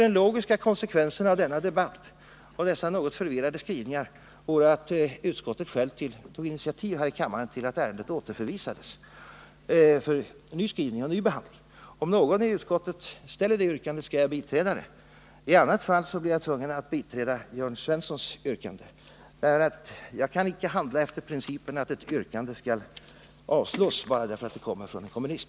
Den logiska konsekvensen av denna debatt och dessa något förvirrade skrivningar vore att utskottet självt tog initiativ här i kammaren till att ärendet återförvisades för ny behandling och ny skrivning. Om någon representant för utskottet ställer det yrkandet, skall jag biträda det. I annat fall blir jag tvungen att biträda Jörn Svenssons yrkande. Jag kan inte handla efter principen att ett yrkande skall avslås bara därför att det kommer från en kommunist.